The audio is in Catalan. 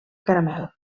caramel